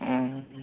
ᱚᱸ